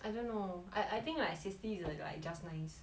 I don't know I I think like sixty is like like just nice